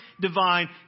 divine